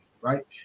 right